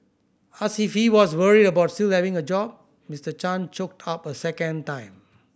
asked if he was worried about still having a job Mister Chan choked up a second time